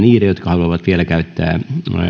haluavat vielä käyttää